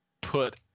Put